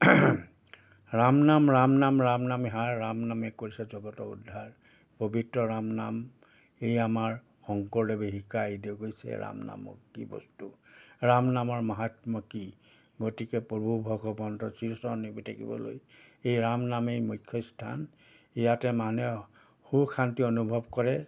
ৰামনাম ৰামনাম ৰামনাম হাৰ ৰামনাম কৰিছে জগত উদ্ধাৰ পৱিত্ৰ ৰামনাম এই আমাৰ শংকৰদেৱে শিকা আইদেউ গৈছে ৰাম নাম কি বস্তু ৰাম নামৰ মহাত্ম কি গতিকে পূৰ্ব ভগৱন্ত শ্ৰীচৰণে বি থাকিবলৈ এই ৰামনামেই মুখ্য স্থান ইয়াতে মানুহে সুশান্তি অনুভৱ কৰে